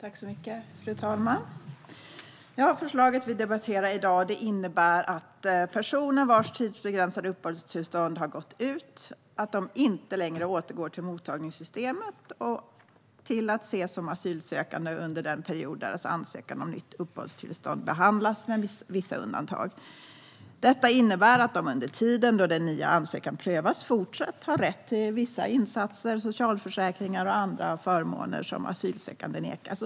Fru talman! Förslaget vi debatterar i dag innebär att personer vilkas tidsbegränsade uppehållstillstånd har gått ut inte längre återgår till mottagningssystemet och till att ses som asylsökande under den period deras ansökan om nytt uppehållstillstånd behandlas, med vissa undantag. Detta innebär att de under tiden då den nya ansökan prövas fortsatt har rätt till vissa insatser, socialförsäkringar och andra förmåner som asylsökande nekas.